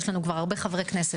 יש לנו כבר הרבה חברי כנסת,